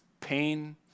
pain